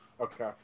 Okay